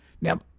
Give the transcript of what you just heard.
Now